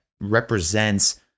represents